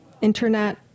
Internet